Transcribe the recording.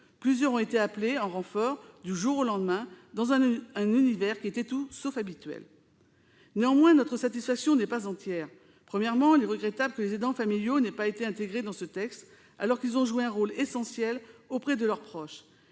Plusieurs ont été appelés en renfort, du jour au lendemain, dans un univers qui était tout sauf habituel. Néanmoins, notre satisfaction n'est pas entière. Il est regrettable que les aidants familiaux n'aient pas été intégrés dans ce texte, alors qu'ils ont joué un rôle essentiel auprès de leur proche.